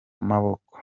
maboko